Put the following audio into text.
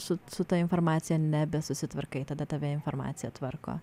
su su ta informacija nebesusitvarkai tada tave informacija tvarko